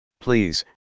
Please